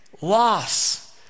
loss